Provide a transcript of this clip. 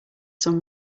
some